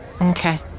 Okay